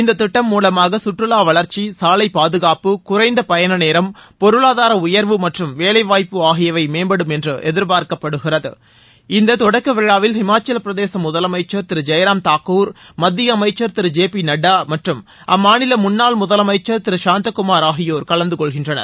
இந்த திட்டம் மூலமாக சுற்றுலா வளர்ச்சி சாலை பாதுகாப்பு குறைந்த பயண நேரம் பொருளாதார உயர்வு மற்றும் வேலைவாய்ப்பு ஆகியவை மேம்படும் என்று எதிர்பார்க்கப்படுகிறது இந்த தொடக்க விழாவில் ஹிமாச்சல் பிரதேச முதலமைச்சர் திரு ஜெயராம் தாக்கூர் மத்திய அமைச்சர் திரு ஜேபி நட்டா மற்றும் அம்மாநில முன்னாள் முதலமைச்சர் திரு சாந்தகுமார் ஆகியோர் கலந்து கொள்கின்றனர்